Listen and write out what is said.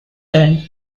then